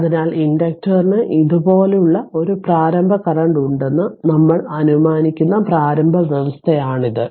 അതിനാൽ ഇൻഡക്റ്ററിന് ഇതുപോലുള്ള ഒരു പ്രാരംഭ കറന്റ് ഉണ്ടെന്ന് നമ്മൾ അനുമാനിക്കുന്ന പ്രാരംഭ വ്യവസ്ഥയാണിത്